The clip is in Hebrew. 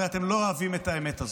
הרי אתם לא אוהבים את האמת הזאת.